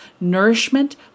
nourishment